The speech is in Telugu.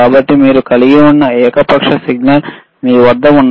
కాబట్టి మీ వద్ద ఏకపక్ష సిగ్నల్ మీ వద్ద పల్స్ ఉంచుకోవచ్చు